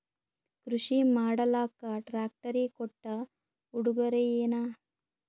ಕೃಷಿ ಮಾಡಲಾಕ ಟ್ರಾಕ್ಟರಿ ಕೊಟ್ಟ ಉಡುಗೊರೆಯೇನ?